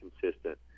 consistent